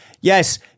Yes